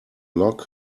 log